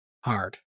hard